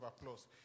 applause